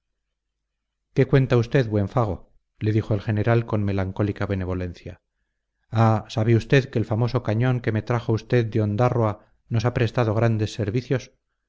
qué cuenta usted buen fago le dijo el general con melancólica benevolencia ah sabe usted que el famoso cañón que me trajo usted de ondárroa nos ha prestado grandes servicios